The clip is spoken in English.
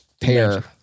pair